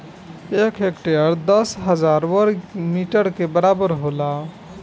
एक हेक्टेयर दस हजार वर्ग मीटर के बराबर होला